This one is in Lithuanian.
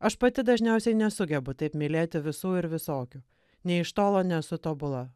aš pati dažniausiai nesugebu taip mylėti visų ir visokių nė iš tolo nesu tobula